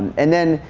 and then,